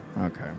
okay